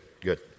Good